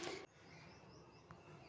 बिन रोपा, बियासी के फसल ह बने सजोवय नइ रहय